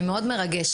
מאוד מרגש.